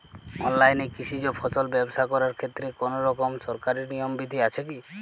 অনলাইনে কৃষিজ ফসল ব্যবসা করার ক্ষেত্রে কোনরকম সরকারি নিয়ম বিধি আছে কি?